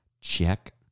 Check